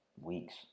weeks